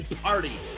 party